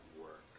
work